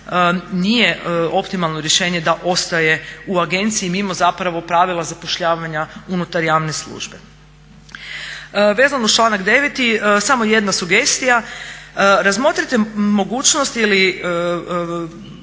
nije optimalno rješenje da ostaje u agenciji mimo pravila zapošljavanja unutar javne službe. Vezano uz članak 9.samo jedna sugestija, razmotrite mogućnost ili